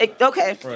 okay